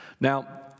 Now